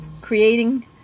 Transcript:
creating